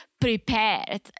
prepared